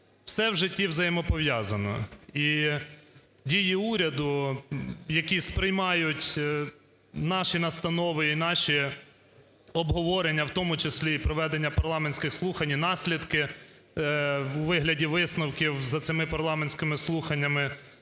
Все в житті взаємопов'язано і дії уряду, які сприймають наші настанови і наші обговорення, в тому числі і проведення парламентських слухань, і наслідки у вигляді висновків за цими парламентськими слуханнями,